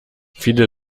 viele